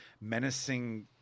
menacing